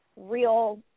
real